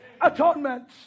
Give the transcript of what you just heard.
atonement